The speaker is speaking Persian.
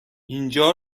اینجا